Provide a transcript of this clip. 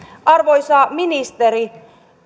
arvoisa ministeri